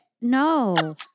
No